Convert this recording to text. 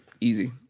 easy